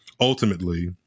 ultimately –